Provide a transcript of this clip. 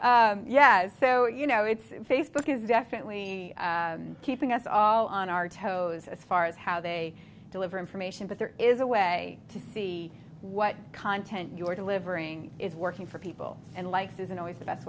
it's yes so you know it's facebook is definitely keeping us all on our toes as far as how they deliver information but there is a way to see what content you are delivering is working for people and likes isn't always the best